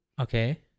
Okay